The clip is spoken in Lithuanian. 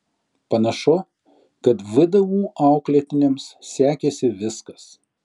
panašu kad vdu auklėtiniams sekėsi viskas